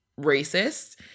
racist